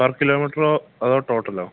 per kilo മീറ്ററോ അതോ ടോട്ടലോ